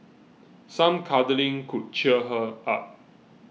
some cuddling could cheer her up